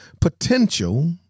potential